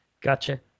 Gotcha